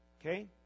Okay